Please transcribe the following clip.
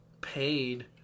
paid